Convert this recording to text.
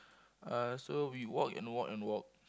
uh so we walk and walk and walk